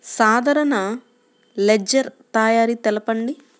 సాధారణ లెడ్జెర్ తయారి తెలుపండి?